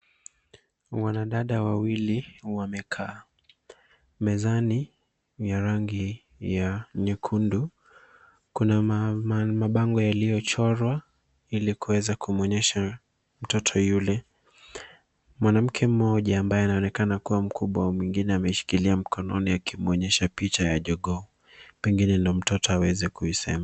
Wanadada wawili wamekaa mezani ya rangi ya nyekundu. Kuna mabango yaliyochorwa ili kuweza kumwonyesha mtoto yule. Mwanamke mmoja ambaye anaonekana kuwa mkubwa wa mwingine amemshikilia mkononi akimwonyesha picha ya jogoo pengine ndio mtoto aweze kuisema.